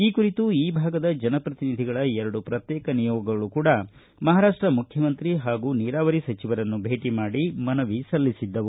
ಈ ಕುರಿತು ಈ ಭಾಗದ ಜನಪ್ರತಿನಿಧಿಗಳ ಎರಡು ಪ್ರತ್ಯೇಕ ನಿಯೋಗಗಳು ಕೂಡಾ ಮಹಾರಾಪ್ಷ ಮುಖ್ಯಮಂತ್ರಿ ಹಾಗೂ ನೀರಾವರಿ ಸಚಿವರನ್ನು ಭೇಟಿ ಮಾಡಿ ಮನವಿ ಸಲ್ಲಿಸಿದ್ದವು